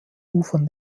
ufern